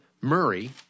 Murray